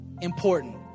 important